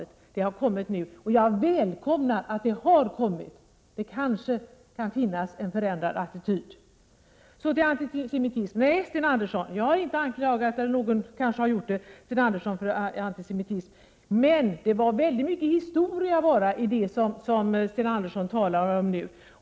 Det avsnittet har kommit nu, och jag välkomnar detta; det kanske kan innebära en förändrad attityd. Så till frågan om antisemitism. Nej, Sten Andersson, jag har inte anklagat Sten Andersson för antisemitism — någon kanske har gjort det. Men det var väldigt mycket av historia i det som Sten Andersson sade nu.